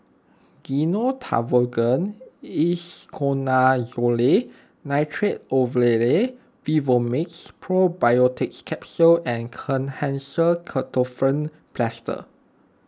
Gyno Travogen Isoconazole Nitrate Ovule Vivomixx Probiotics Capsule and Kenhancer Ketoprofen Plaster